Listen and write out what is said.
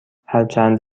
هرچند